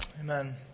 Amen